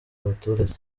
abaturage